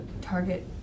target